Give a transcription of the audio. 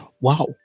Wow